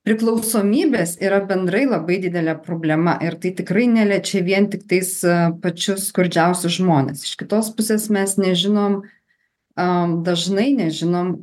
priklausomybės yra bendrai labai didelė problema ir tai tikrai neliečia vien tiktais pačius skurdžiausius žmones iš kitos pusės mes nežinom dažnai nežinom